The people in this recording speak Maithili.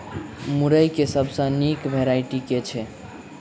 मुरई केँ सबसँ निक वैरायटी केँ छै?